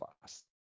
fast